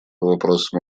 вопросам